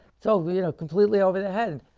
so we you know completely over the head,